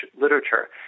literature